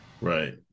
Right